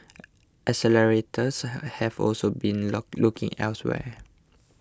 accelerators have also been looking elsewhere